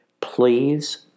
Please